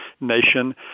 nation